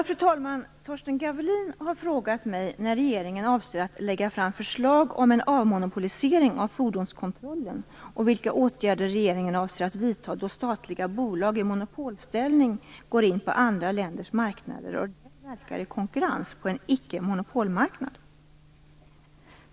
Fru talman! Torsten Gavelin har frågat mig när regeringen avser att lägga fram förslag om en avmonopolisering av fordonskontrollen och vilka åtgärder regeringen avser att vidta då statliga bolag i monmopolställning går in på andra länders marknader och där verkar i konkurrens på en icke-monopolmarknad.